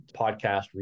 podcast